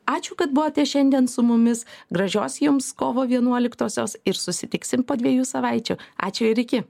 ačiū kad buvote šiandien su mumis gražios jums kovo vienuoliktosios ir susitiksim po dviejų savaičių ačiū ir iki